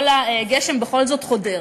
כל הגשם בכל זאת חודר.